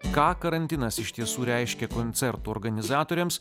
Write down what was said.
ką karantinas iš tiesų reiškia koncertų organizatoriams